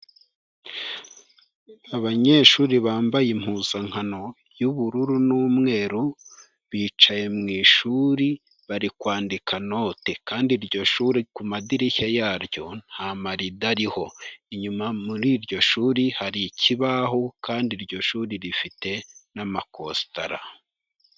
Abanyeshuri bambaye impuzankano y'ubururu n'umweru, bicaye mu ishuri bari kwandika note kandi iryo shuri ku madirishya yaryo nta marido ariho, inyuma muri iryo shuri hari ikibaho kandi iryo shuri rifite n'amakositara.